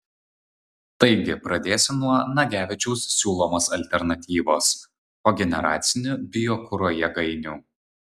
taigi pradėsiu nuo nagevičiaus siūlomos alternatyvos kogeneracinių biokuro jėgainių